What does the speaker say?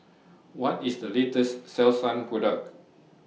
What IS The latest Selsun Product